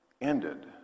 ended